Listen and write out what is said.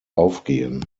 aufgehen